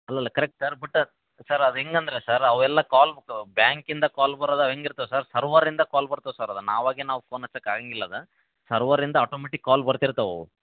ಅಲ್ಲಲ್ಲ correct sir but sir ಅದು ಹೆಂಗ್ ಅಂದರೆ ಸರ್ ಅವೆಲ್ಲ ಕಾಲ್ದು ಬ್ಯಾಂಕಿಂದ ಕಾಲ್ ಬರೋದು ಅವು ಹೆಂಗ್ ಇರ್ತದೆ ಸರ್ ಸರ್ವರಿಂದ ಕಾಲ್ ಬರ್ತದೆ ಸರ್ ಅದು ನಾವಾಗೆ ನಾವು ಫೋನ್ ಹಚ್ಚಕ್ ಆಗೊಂಗಿಲ್ಲ ಅದು ಸರ್ವರಿಂದ ಅಟೋಮೆಟಿಕ್ ಕಾಲ್ ಬರ್ತಿರ್ತವೆ ಅವು